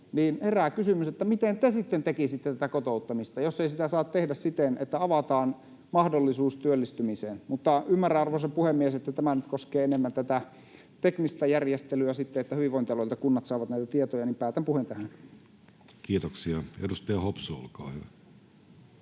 niin herää kysymys, miten te sitten tekisitte tätä kotouttamista, jos ei sitä saa tehdä siten, että avataan mahdollisuus työllistymiseen. Mutta ymmärrän, arvoisa puhemies, että tämä esitys koskee enemmän tätä teknistä järjestelyä, että kunnat saavat hyvinvointialueilta näitä tietoja, joten päätän puheen tähän. Kiitoksia. — Edustaja Hopsu, olkaa hyvä.